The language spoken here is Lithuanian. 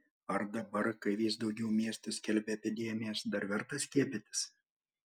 ar dabar kai vis daugiau miestų skelbia epidemijas dar verta skiepytis